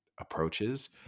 approaches